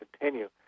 continue